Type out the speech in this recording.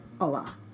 Allah